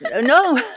No